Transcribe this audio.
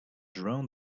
drown